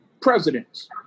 presidents